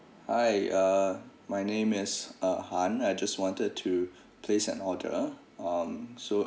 hi uh my name is uh han I just wanted to place an order um so